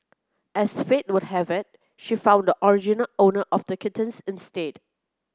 as fate would have it she found the original owner of the kittens instead